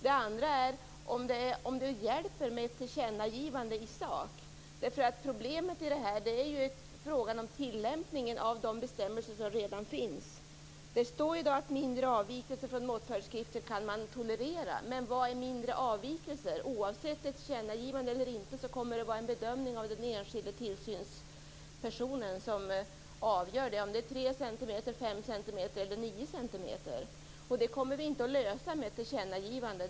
Den andra frågan är om det hjälper med ett tillkännagivande i sak. Problemet är frågan om tillämpningen av de bestämmelser som redan finns. Det står att "mindre avvikelser" från måttföreskrifter kan tolereras, men vad är då "mindre avvikelser"? Oavsett tillkännagivande eller inte kommer det att vara en bedömning av den enskilda tillsynspersonen som avgör om det är 3 cm, 5 cm eller 9 cm. Det kommer vi inte att lösa med ett tillkännagivande.